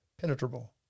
Penetrable